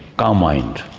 calm mind,